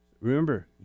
remember